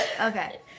Okay